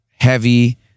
heavy